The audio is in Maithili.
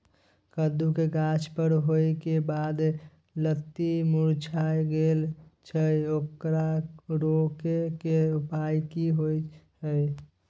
कद्दू के गाछ बर होय के बाद लत्ती मुरझाय लागे छै ओकरा रोके के उपाय कि होय है?